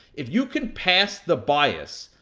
if you can pass the bias,